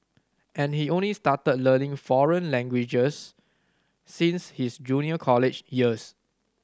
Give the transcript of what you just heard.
and he only started learning foreign languages since his junior college years